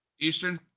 Eastern